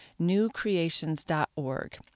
newcreations.org